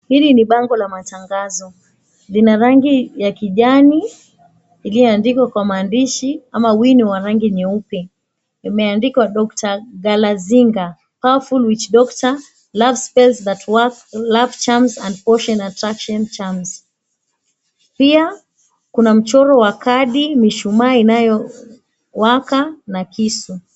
Hili ni bango la matangazo lina rangi ya kijani iliyoandikwa kwa maandishi ama wino wa rangi nyeupe imeandikwa dokta Galazinga Powerful Witchdoctor Lovespell that work Love Charm and Portion Attraction Charms pia kuna mchoro wa kadi, mishumaa inayowaka na kisu.